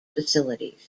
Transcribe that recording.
facilities